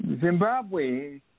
Zimbabwe